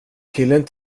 killen